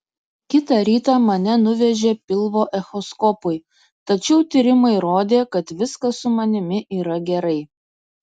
kitą rytą mane nuvežė pilvo echoskopui tačiau tyrimai rodė kad viskas su manimi yra gerai